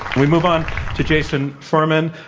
we move on to jason furman.